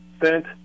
sent